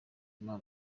imana